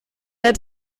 der